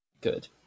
Good